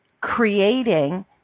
creating